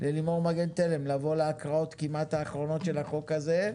ללימור מגן תלם לבוא להקראות כמעט אחרונות של החוק הזה,